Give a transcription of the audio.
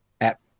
app